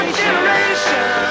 generation